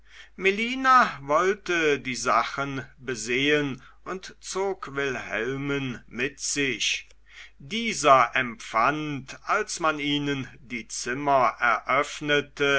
melina wollte die sachen besehen und zog wilhelmen mit sich dieser empfand als man ihnen die zimmer eröffnete